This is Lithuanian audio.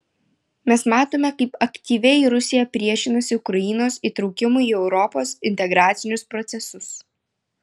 mes matome kaip aktyviai rusija priešinasi ukrainos įtraukimui į europos integracinius procesus